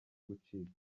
gucika